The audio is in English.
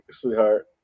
sweetheart